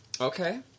Okay